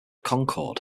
concord